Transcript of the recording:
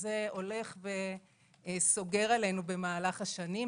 זה הולך וסוגר עלינו במהלך השנים,